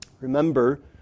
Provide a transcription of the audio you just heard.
Remember